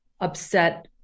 upset